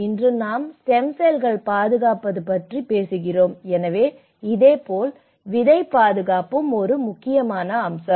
இன்று நாம் ஸ்டெம் செல்கள் பாதுகாப்பு பற்றி பேசுகிறோம் எனவே இதேபோல் விதை பாதுகாப்பும் ஒரு முக்கியமானது